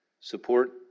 support